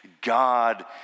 God